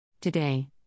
Today